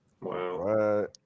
Wow